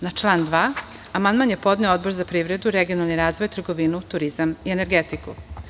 Na član 2. amandman je podneo Odbor za privredu, regionalni razvoj, trgovinu, turizam i energetiku.